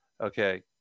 okay